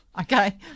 Okay